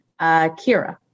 Kira